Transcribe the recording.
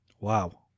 Wow